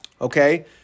okay